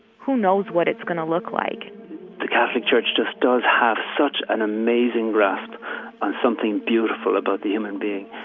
who knows what it's going to look like the catholic church just does have such an amazing grasp on something beautiful about the human being.